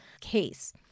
case